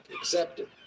accepted